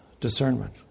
discernment